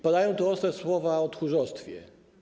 Padają tu ostre słowa o tchórzostwie.